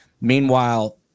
Meanwhile